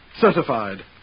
Certified